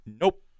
nope